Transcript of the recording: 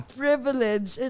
privilege